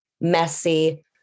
messy